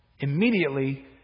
Immediately